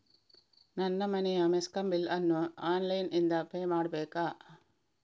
ನನ್ನ ಮನೆಯ ಮೆಸ್ಕಾಂ ಬಿಲ್ ಅನ್ನು ಆನ್ಲೈನ್ ಇಂದ ಪೇ ಮಾಡ್ಬೇಕಾ?